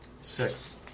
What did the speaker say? Six